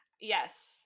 Yes